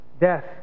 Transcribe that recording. death